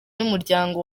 n’umuryango